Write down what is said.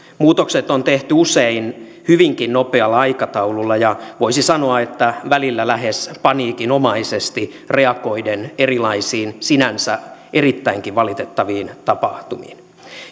muutokset on tehty usein hyvinkin nopealla aikataululla ja voisi sanoa välillä lähes paniikinomaisesti reagoiden erilaisiin sinänsä erittäinkin valitettaviin tapahtumiin